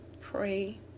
Pray